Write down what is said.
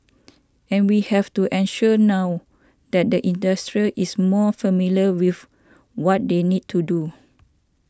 and we have to ensure now that the industrial is more familiar with what they need to do